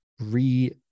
re-